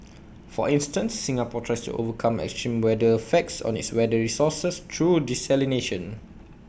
for instance Singapore tries to overcome extreme weather effects on its water resources through desalination